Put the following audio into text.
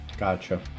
gotcha